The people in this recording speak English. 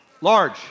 large